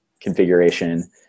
configuration